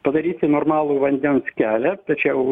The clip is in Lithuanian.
padaryti normalų vandens kelią tačiau